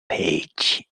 page